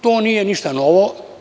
To nije ništa novo.